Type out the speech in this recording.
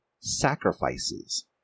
sacrifices